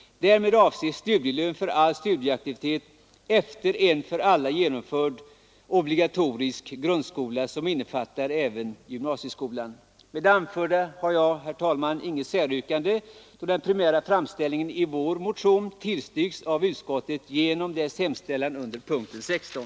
Därmed avses studielön för all studieaktivitet efter en för alla genomförd obligatorisk grundskola som innefattar även gymnasieskolan. Med det anförda har jag, herr talman, inget säryrkande, då den primära framställningen i vår motion tillstyrkts av utskottet genom dess hemställan under punkten 16.